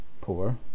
poor